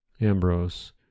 Ambrose